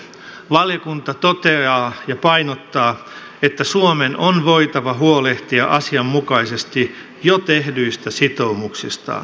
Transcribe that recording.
valiokunta toteaa ja painottaa että suomen on voitava huolehtia asianmukaisesti jo tehdyistä sitoumuksistaan